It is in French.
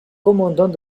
commandant